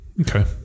Okay